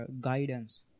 guidance